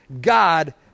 God